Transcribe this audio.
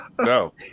No